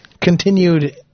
continued